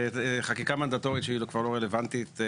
חקיקה מנדטורית שהיא כבר לא רלוונטית.